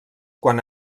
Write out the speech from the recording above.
quan